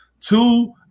Two